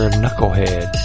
knucklehead